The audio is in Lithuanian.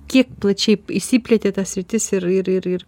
kiek plačiai išsiplėtė ta sritis ir ir ir ir